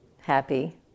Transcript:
happy